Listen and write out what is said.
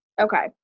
Okay